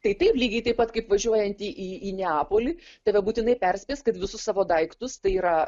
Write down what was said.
tai taip lygiai taip pat kaip važiuojant į neapolį tave būtinai perspės kad visus savo daiktus tai yra